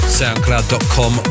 soundcloud.com